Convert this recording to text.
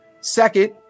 Second